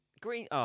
Green